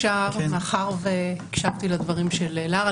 מאחר שהקשבתי לדברים של לרה,